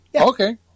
Okay